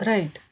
Right